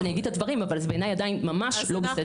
אבל זה בעיניי עדיין ממש לא בסדר.